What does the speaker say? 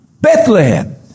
Bethlehem